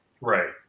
right